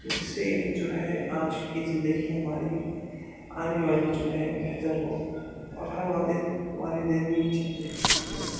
جس سے جو ہے آج کی زندگی ہماری آنے والی جو ہے بہتر ہو اور ہر آنے والے دن یہی چاہتے ہیں